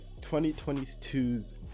2022's